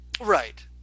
Right